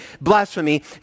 Blasphemy